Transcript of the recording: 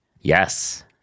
Yes